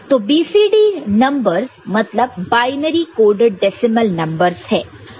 तो BCD numbers मतलब binary coded decimal numbers है